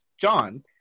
John